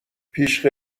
پیش